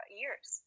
years